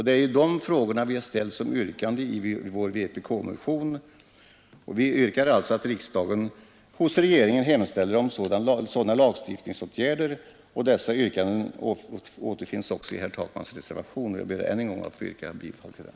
Det är dessa frågor vi tagit upp i vpk-motionen, där vi yrkar att riksdagen hos regeringen skall hemställa om sådana åtgärder. Dessa yrkanden återfinns också i herr Takmans reservation, och jag ber än en gång att få yrka bifall till den.